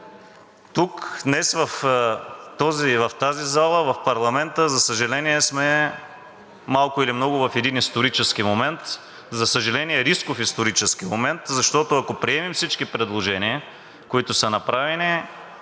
Тук днес, в тази зала, в парламента сме малко или много в един исторически момент. За съжаление, рисков исторически момент, защото, ако приемем всички предложения, които са направени,